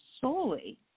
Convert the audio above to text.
solely